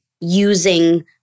using